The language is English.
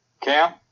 Cam